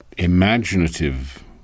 imaginative